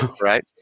Right